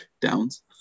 downs